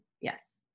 Yes